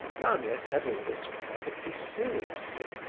gania said all this perfectly seriously,